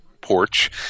porch